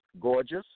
Gorgeous